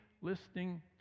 listening